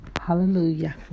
Hallelujah